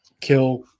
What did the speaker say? kill